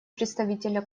представителя